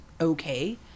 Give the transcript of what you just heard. okay